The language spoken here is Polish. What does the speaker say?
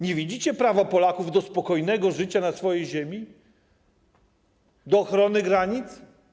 Nie widzicie prawa Polaków do spokojnego życia na swojej ziemi, do ochrony granic?